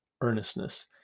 earnestness